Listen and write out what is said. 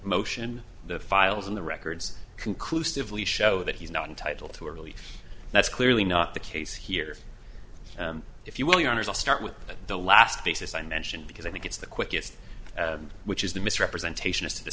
motion the files in the records conclusively show that he's not entitled to a that's clearly not the case here if you will the honors i'll start with the last basis i mentioned because i think it's the quickest which is the misrepresentation